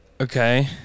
Okay